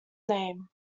name